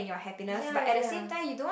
ya ya